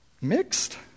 Mixed